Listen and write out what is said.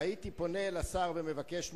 הייתי פונה לשר ומבקש ממנו,